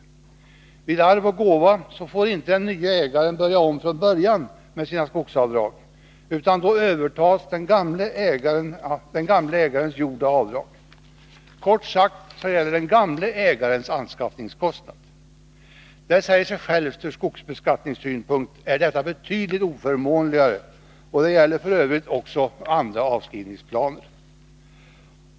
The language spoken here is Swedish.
Vid arv och gåva får inte den nye ägaren börja om från början med sina skogsavdrag, utan då övertas den gamle ägarens gjorda avdrag. Kort sagt gäller den gamla ägarens anskaffningskostnad. Det säger sig självt att ur skogsbeskattningssynpunkt är detta betydligt oförmånligare, och det gäller f. ö. även andra avskrivningsplaner.